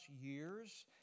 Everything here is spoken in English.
years